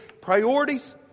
priorities